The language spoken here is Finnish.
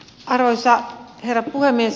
arvoisa herra puhemies